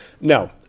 No